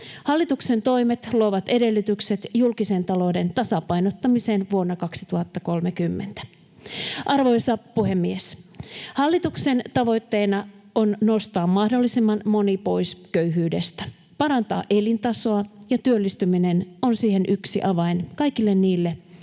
Hallituksen toimet luovat edellytykset julkisen talouden tasapainottamiseen vuonna 2030. Arvoisa puhemies! Hallituksen tavoitteena on nostaa mahdollisimman moni pois köyhyydestä, parantaa elintasoa, ja työllistyminen on siihen yksi avain kaikille niille,